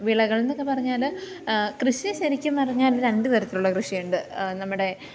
വിളകളെന്നൊക്കെ പറഞ്ഞാൽ കൃഷി ശരിക്കും പറഞ്ഞാൽ രണ്ടു തരത്തിലുള്ള കൃഷിയുണ്ട് നമ്മുടെ